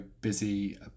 busy